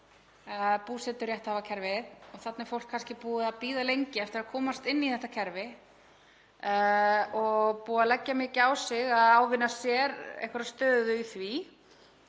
búseturétthafakerfið, og þarna er fólk kannski búið að bíða lengi eftir að komast inn í þetta kerfi og búið að leggja mikið á sig til að ávinna sér einhverja stöðu í því.